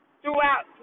throughout